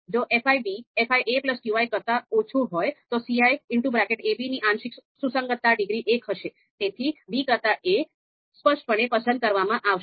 જો fi fiqi કરતાં ઓછું હોય તો ciab ની આંશિક સુસંગતતા ડિગ્રી એક હશે તેથી b કરતાં a સ્પષ્ટપણે પસંદ કરવામાં આવશે